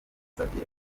xavier